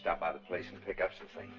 stop by the place and pick up something